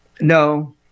No